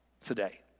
today